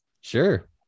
sure